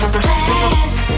class